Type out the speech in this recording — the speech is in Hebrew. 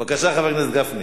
בבקשה, חבר הכנסת גפני.